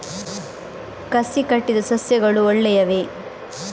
ಕಸಿ ಕಟ್ಟಿದ ಸಸ್ಯಗಳು ಒಳ್ಳೆಯವೇ?